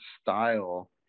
style